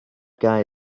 guy